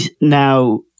now